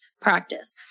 practice